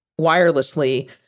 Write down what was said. wirelessly